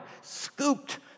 scooped